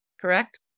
correct